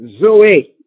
zoe